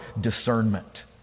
discernment